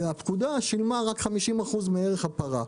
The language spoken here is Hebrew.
והפקודה שילמה רק 50% מערך הפרה.